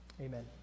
Amen